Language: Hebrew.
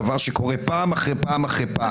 דבר שקורה פעם אחרי פעם אחרי פעם.